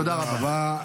תודה רבה.